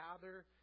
gather